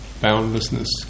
boundlessness